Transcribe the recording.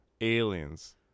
Aliens